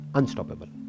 unstoppable